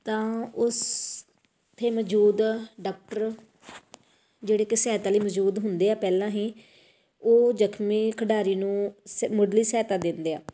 ਤਾਂ ਉਸ ਉੱਥੇ ਮੌਜੂਦ ਡਾਕਟਰ ਜਿਹੜੇ ਕਿ ਸਹਾਇਤਾ ਲਈ ਮੌਜੂਦ ਹੁੰਦੇ ਆ ਪਹਿਲਾਂ ਹੀ ਉਹ ਜ਼ਖਮੀ ਖਿਡਾਰੀ ਨੂੰ ਸ ਮੁੱਢਲੀ ਸਹਾਇਤਾ ਦਿੰਦੇ ਆ